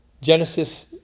Genesis